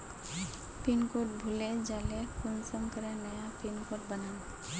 Pin code भूले जाले कुंसम करे नया पिन कोड बनाम?